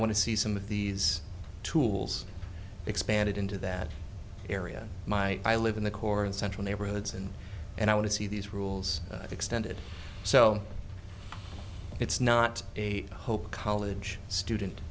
want to see some of these tools expanded into that area my i live in the core and central neighborhoods and and i want to see these rules extended so it's not a hope college student